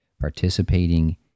participating